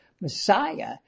Messiah